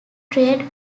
trade